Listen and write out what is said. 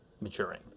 maturing